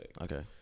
Okay